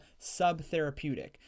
subtherapeutic